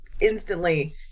instantly